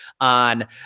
on